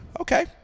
Okay